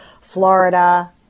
Florida